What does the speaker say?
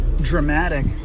dramatic